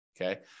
okay